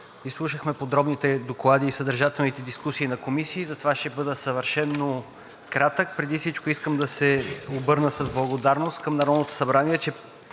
Изслушахме подробните Ви доклади и съдържателните дискусии на комисии и затова ще бъда съвършено кратък. Преди всичко искам да се обърна с благодарност към Народното събрание,